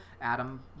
Adam